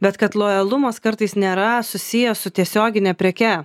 bet kad lojalumas kartais nėra susijęs su tiesiogine preke